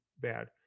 bad